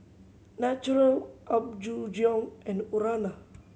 Naturel Apgujeong and Urana